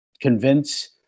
convince